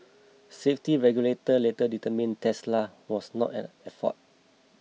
safety regulators later determined Tesla was not at fault